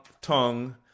tongue